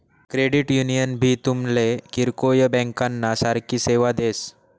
credit union भी तुमले किरकोय ब्यांकना सारखी सेवा देस